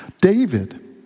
David